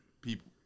People